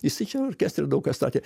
jisai čia orkestre daug ką statė